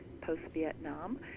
post-Vietnam